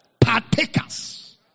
partakers